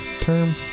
term